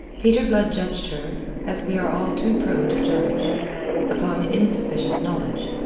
peter blood judged her as we are all too prone to judge upon insufficient knowledge.